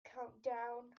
countdown